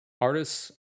Artists